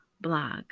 blog